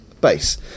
base